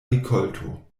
rikolto